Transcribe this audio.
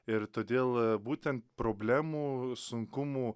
ir todėl būtent problemų sunkumų